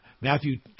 Matthew